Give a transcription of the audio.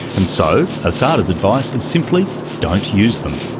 and so asada's advice is simply don't use them.